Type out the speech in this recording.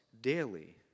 daily